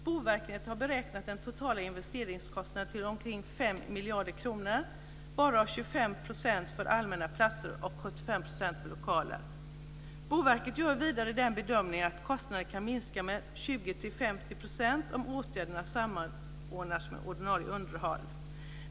Boverket har beräknat de totala investeringskostnaderna till omkring 5 miljarder kronor, varav 25 % för allmänna platser och 75 % Boverket gör vidare den bedömningen att kostnaderna kan minska med 20-50 % om åtgärderna samordnas med ordinarie underhåll.